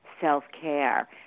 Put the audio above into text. self-care